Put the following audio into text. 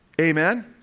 Amen